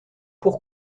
pour